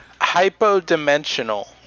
hypodimensional